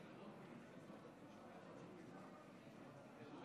חברי הכנסת, אם כך, להלן תוצאות